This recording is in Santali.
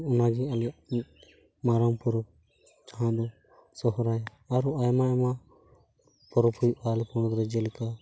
ᱚᱱᱟᱜᱮ ᱟᱞᱮᱭᱟᱜ ᱢᱟᱨᱟᱝ ᱯᱚᱨᱚᱵ ᱡᱟᱦᱟᱸ ᱫᱚ ᱥᱚᱦᱨᱟᱭ ᱟᱨᱚ ᱟᱭᱢᱟ ᱟᱭᱢᱟ ᱯᱚᱨᱚᱵ ᱦᱩᱭᱩᱜᱼᱟ ᱟᱞᱮ ᱯᱚᱱᱚᱛ ᱨᱮ ᱡᱮᱞᱮᱠᱟ